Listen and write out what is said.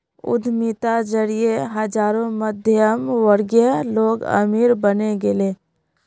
उद्यमिता जरिए हजारों मध्यमवर्गीय लोग अमीर बने गेले